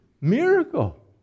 miracle